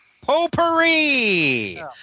Potpourri